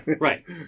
Right